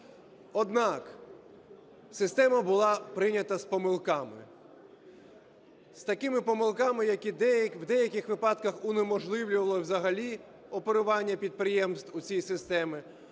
Однак система була прийнята з помилками, з такими помилками, які в деяких випадках унеможливлювали взагалі оперування підприємств в цій системі,